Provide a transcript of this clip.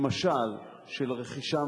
למשל, של רכישה